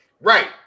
Right